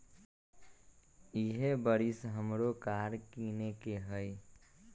इहे बरिस हमरो कार किनए के हइ